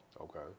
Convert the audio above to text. okay